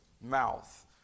mouth